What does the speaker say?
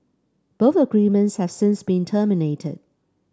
both agreements have since been terminated